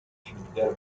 cimitero